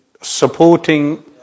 supporting